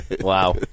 Wow